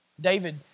David